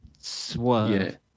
swerve